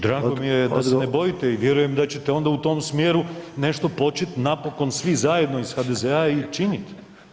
Drago mi je da se ne bojite i vjerujem da ćete u tom smjeru nešto početi napokon svi zajedno iz HDZ-a i činiti.